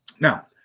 Now